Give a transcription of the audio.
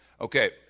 Okay